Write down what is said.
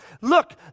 look